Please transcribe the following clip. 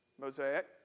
Mosaic